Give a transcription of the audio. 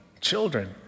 children